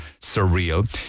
surreal